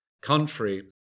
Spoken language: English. country